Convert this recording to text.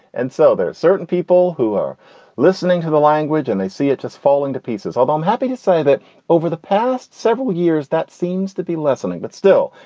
and so there are certain people who are listening to the language and they see it just falling to pieces. although i'm happy to say that over the past several years that seems to be lessening. but still,